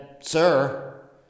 Sir